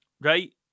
Right